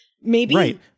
Maybe-